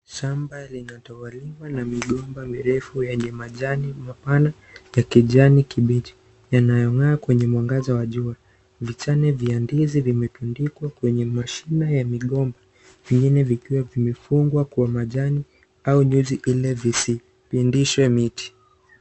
Shamba inatawaliwa ya migomba mirefu yenye majani mapana ya kijani kibichi yanayongaa kwenye mwangaza wa jua, vichane vya ndizi vimepundika kwenye mashine ya migomba vingine vikiwa vimefungwa majani au nyusi zisipendushe miti.